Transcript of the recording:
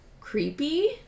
creepy